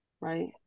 Right